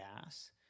Gas